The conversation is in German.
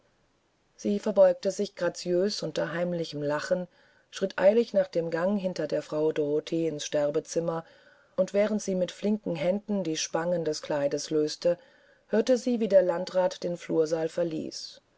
sie verbeugte sich graziös unter heimlichem lachen und schritt eiligst nach dem gange hinter der frau dorotheens sterbezimmer und während sie mit flinken händen die spangen des kleides löste hörte sie wie der landrat den flursaal verließ